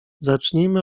zacznijmy